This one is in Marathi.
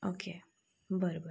ओके बरं बरं